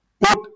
Put